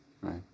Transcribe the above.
right